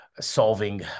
solving